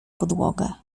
podłogę